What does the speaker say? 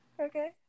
Okay